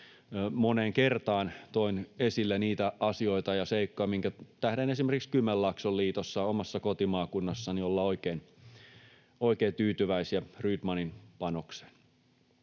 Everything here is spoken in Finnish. moneen kertaan toin esille niitä asioita ja seikkoja, minkä tähden esimerkiksi Kymenlaakson liitossa, omassa kotimaakunnassani, ollaan oikein tyytyväisiä Rydmanin panokseen.